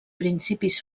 principis